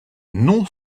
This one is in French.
non